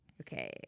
okay